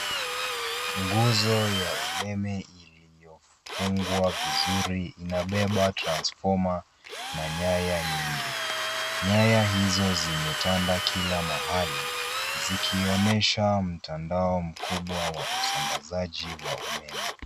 Nguzo ya umeme iliyofungwa vizuri inabeba transfoma na nyaya nyingi. Nyaya hizo zimetanda kila mahali, zikionyesha mtandao mkubwa wa usambazaji wa umeme.